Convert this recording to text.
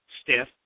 stiff